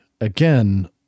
again